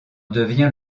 devient